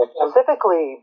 specifically